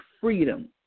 freedom